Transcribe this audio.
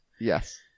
Yes